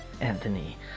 Anthony